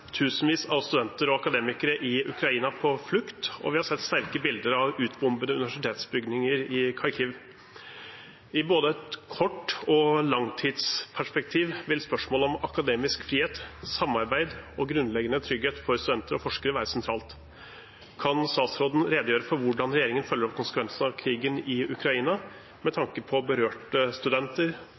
tusenvis av studenter og akademikere i Ukraina på flukt, og vi har sett sterke bilder av utbombede universitetsbygninger i Kharkiv. I både et kort- og langtidsperspektiv vil spørsmålet om akademisk frihet, samarbeid og grunnleggende trygghet for studenter og forskere være sentralt. Kan statsråden redegjøre for hvordan regjeringen følger opp konsekvensene av krigen i Ukraina med tanke på berørte studenter,